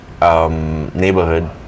neighborhood